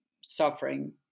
suffering